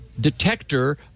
detector